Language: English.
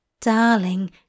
Darling